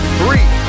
three